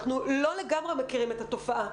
אנחנו לא לגמרי מכירים את התופעה,